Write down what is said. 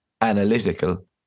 analytical